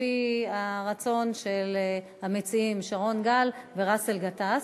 לפי הרצון של המציעים שרון גל ובאסל גטאס.